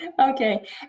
Okay